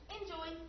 Enjoy